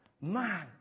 man